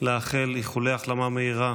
לאחל איחולי החלמה מהירה